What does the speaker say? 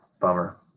Bummer